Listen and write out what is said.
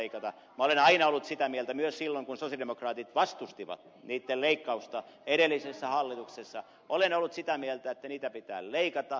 minä olen aina ollut sitä mieltä myös silloin kun sosialidemokraatit vastustivat niitten leikkausta edellisessä hallituksessa että niitä pitää leikata